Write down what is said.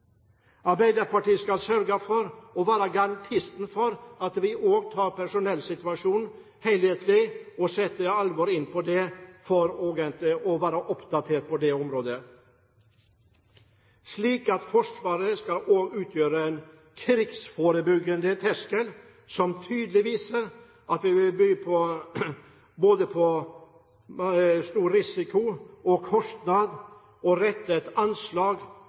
Arbeiderpartiet skal sørge for å være garantisten for at vi også ser helhetlig på personellsituasjonen, og setter alt inn på å være oppdatert på det området, slik at Forsvaret skal utgjøre en krigsforebyggende terskel som tydelig viser at det vil by på både stor risiko og kostnad å rette et anslag